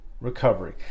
recovery